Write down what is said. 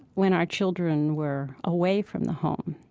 when our children were away from the home,